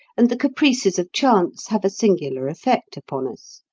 and the caprices of chance have a singular effect upon us.